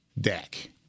Dak